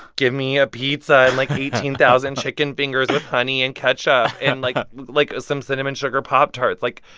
give me a pizza and. like, eighteen thousand chicken fingers with honey and ketchup and, like like, some cinnamon sugar pop-tarts. like,